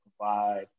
provide